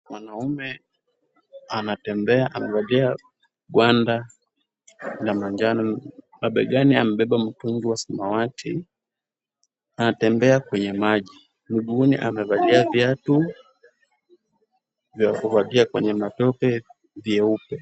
Mwanaume anatembea. Amevalia ngwanda la manjano na begani amebeba mtungi wa samawati. Anatembea kwenye maji. Mguuni amevalia viatu vya kuvalia kwenye matope vyeupe.